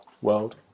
world